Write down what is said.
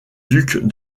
duc